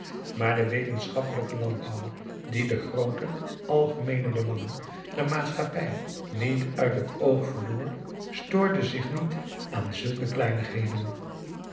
maar de wetenschappelijke landbouwer die de groote algemeene belangen der maatschappij niet uit het oog verloor stoorde zich niet aan zulke kleinigheden